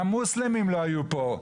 גם מוסלמים לא היו פה.